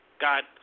got